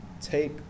take